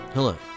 Hello